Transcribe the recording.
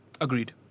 Agreed